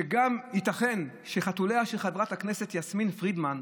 שגם ייתכן שחתוליה של חברת הכנסת יסמין פרידמן,